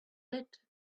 lit